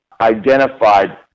identified